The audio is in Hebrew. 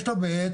ויש